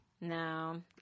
No